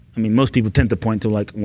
most people tend to point to, like well,